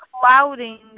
clouding